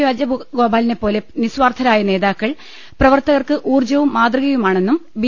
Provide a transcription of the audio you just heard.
രാജഗോ പാലിനെപ്പോലെ നിസ്വാർഥരായ നേതാക്കൾ പ്രവർത്തകർക്ക് ഊർജ്ജവും മാതൃകയുമാണെന്നും ബി